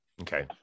Okay